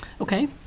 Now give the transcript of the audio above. Okay